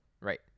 Right